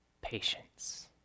Patience